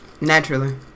naturally